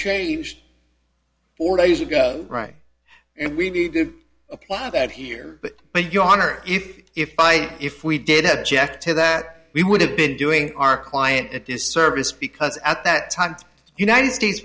changed four days ago right and we need to apply that here but your honor if i if we did have jack to that we would have been doing our client a disservice because at that time united states